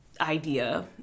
idea